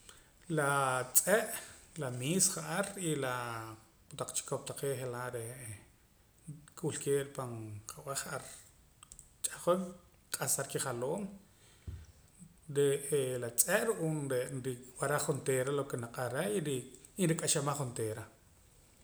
La tz'e' la miis ja'ar y la kotaq chikop taqee' je'laa re'eh wilkee' pan qa'be'h ja'ar pan ch'ahqon q'as ar kijaloom re'ee la tz'e' ru'uum nrib'araj onteera loke naq'or reh y rik'axamaj onteera